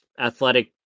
athletic